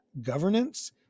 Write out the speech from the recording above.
governance